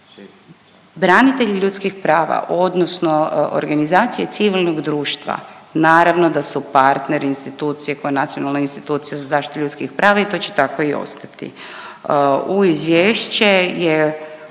branitelji ljudskih prava odnosno organizacije civilnog društva naravno da su partneri institucije koja je nacionalna institucija za zaštitu ljudskih prava i to će tako i ostati. U izvješće je